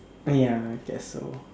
ya I guess so